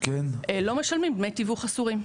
לא משלמים דמי תיווך אסורים.